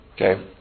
Okay